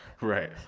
Right